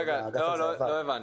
לא הבנתי.